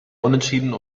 unentschieden